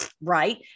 right